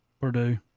Purdue